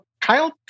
Kyle